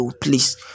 please